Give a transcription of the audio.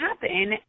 happen